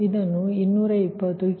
ಇದನ್ನು 220 ಕೆ